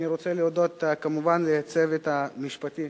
אני רוצה להודות כמובן לצוות המשפטי